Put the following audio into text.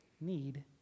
need